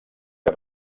que